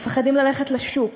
מפחדים ללכת לשוק.